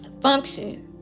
function